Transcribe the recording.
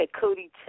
Cody